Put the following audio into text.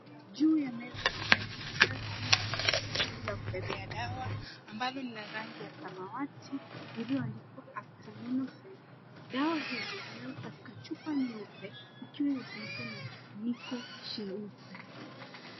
Juu ya meza ambayo ni safi kuna sanduku la kubebea dawa ambalo ni la rangi ya samawati lilioandikwa Acetaminophen. Dawa hizo zimewekwa katika chupa nyeupe ikiwa imefunikwa na kifuniko cheupe.